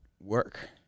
work